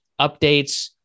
updates